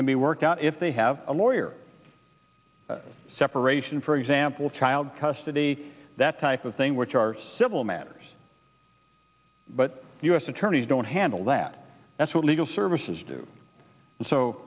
can be worked out if they have a lawyer separation for example child custody that type of thing which are civil matters but u s attorneys don't handle that that's what legal services do so